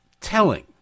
telling